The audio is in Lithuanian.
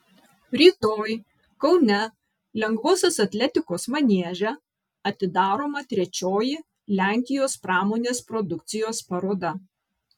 rytoj kaune lengvosios atletikos manieže atidaroma trečioji lenkijos pramonės produkcijos paroda